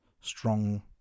strong